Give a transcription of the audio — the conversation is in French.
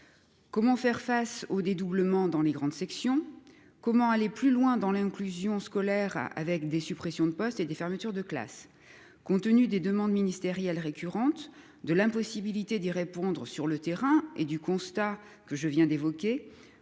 Comment faire face au dédoublement des grandes sections ? Comment aller plus loin dans l'inclusion scolaire en supprimant des postes et en fermant des classes ?